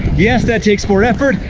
yes, that takes more effort,